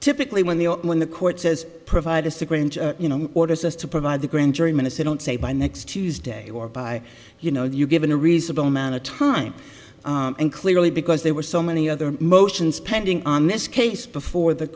typically when the or when the court says provide a sequential orders as to provide the grand jury minutes they don't say by next tuesday or by you know you've given a reasonable amount of time and clearly because they were so many other motions pending on this case before the